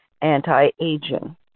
anti-aging